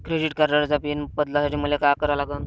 Credit कार्डाचा pin बदलासाठी मले का करा लागन?